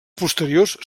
posteriors